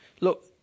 look